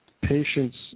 patients